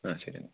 ആ ശരി എന്നാൽ